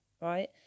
right